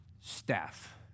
staff